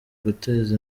guteza